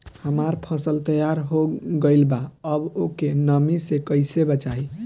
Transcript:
हमार फसल तैयार हो गएल बा अब ओके नमी से कइसे बचाई?